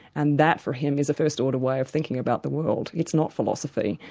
and that for him is a first-order way of thinking about the world, it's not philosophy,